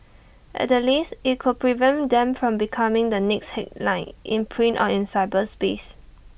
at the least IT could prevent them from becoming the next headline in print or in cyberspace